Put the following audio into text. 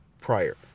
prior